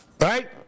Right